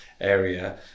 area